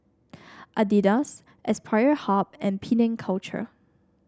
Adidas Aspire Hub and Penang Culture